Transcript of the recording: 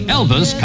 Elvis